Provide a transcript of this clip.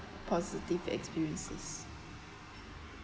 positive experiences